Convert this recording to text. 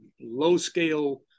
low-scale